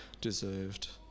deserved